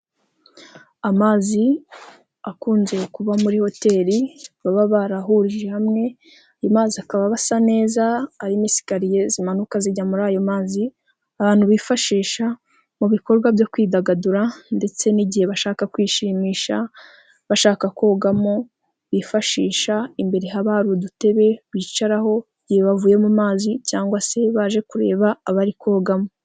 Amazi akunze kuba muri hoteli baba barahurije hamwe, ayo mazi akaba basa neza hari n'isikariye zimanuka zijya muri ayo mazi, ahantu bifashisha mu bikorwa byo kwidagadura, ndetse n'igihe bashaka kwishimisha, bashaka kogamo, bifashisha imbere haba udutebe bicaraho igihe bavuye mu mazi, cyangwa se baje kureba abari kogamo.